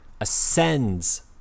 ascends